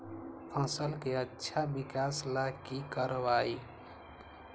फसल के अच्छा विकास ला की करवाई?